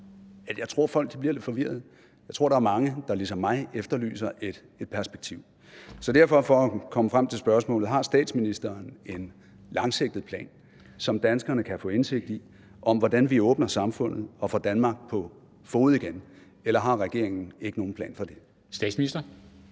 at folk bliver lidt forvirrede. Jeg tror, der er mange, der ligesom mig efterlyser et perspektiv. Så for at komme frem til spørgsmålet: Har statsministeren en langsigtet plan, som danskerne kan få indsigt i, om, hvordan vi åbner samfundet og får Danmark på fode igen, eller har regeringen ikke nogen plan for det? Kl.